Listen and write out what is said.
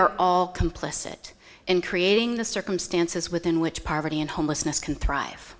are all complicit in creating the circumstances within which poverty and homelessness can thrive